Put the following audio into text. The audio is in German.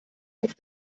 auf